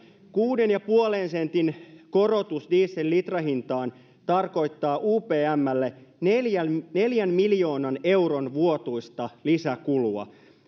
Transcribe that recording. kuuden pilkku viiden sentin korotus diesellitrahintaan tarkoittaa upmlle neljän neljän miljoonan euron vuotuista lisäkulua